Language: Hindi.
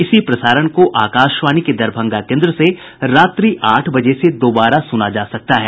इसी प्रसारण को आकाशवाणी के दरभंगा केन्द्र से रात्रि आठ बजे से दोबारा सुना जा सकता है